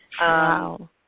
Wow